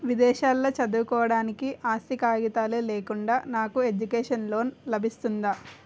విదేశాలలో చదువుకోవడానికి ఆస్తి కాగితాలు లేకుండా నాకు ఎడ్యుకేషన్ లోన్ లబిస్తుందా?